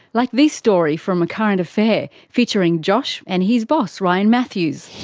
like this story from a current affair featuring josh and his boss, ryan matthews.